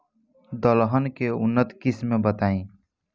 दलहन के उन्नत किस्म बताई?